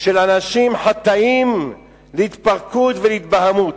של אנשים חטאים, להתפרקות ולהתבהמות.